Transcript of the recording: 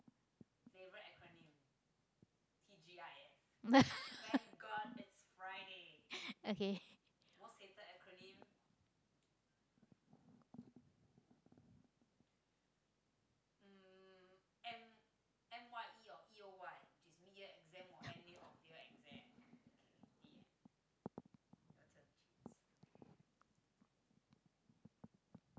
okay